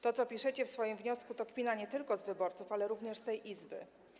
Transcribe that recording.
To, co piszecie w swoim wniosku, to kpina nie tylko z wyborców, ale również z tej Izby.